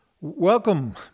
Welcome